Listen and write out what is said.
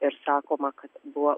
ir sakoma kad buvo